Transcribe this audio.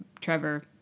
Trevor